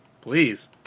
please